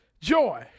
Joy